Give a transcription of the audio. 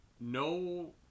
no